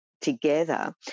together